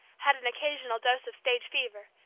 had an occasional dose of stage fever,